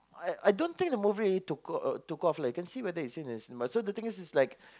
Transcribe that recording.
I I don't think the movie really took off uh took off lah you can see whether it's still in the cinemas so the thing is is like